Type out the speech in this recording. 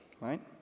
right